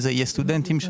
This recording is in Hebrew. סטודנטים,